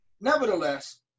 Nevertheless